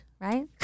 right